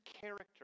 character